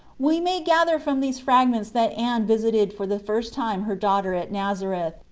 we may gather from these fragments that anne visited for the first time her daughter at nazareth,